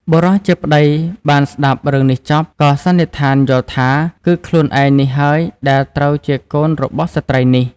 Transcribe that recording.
បុរសជាប្ដីបានស្តាប់រឿងនេះចប់ ក៏សន្និដ្ឋានយល់ថា គឺខ្លួនឯងនេះហើយដែលត្រូវជាកូនរបស់ស្រ្តីនេះ។